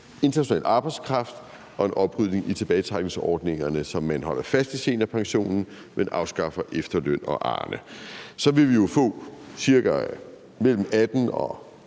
international arbejdskraft og en oprydning i tilbagetrækningsordningerne, så man holder fast i seniorpensionen, men afskaffer efterlønnen og Arnepensionen, så ville vi jo få mellem 18.000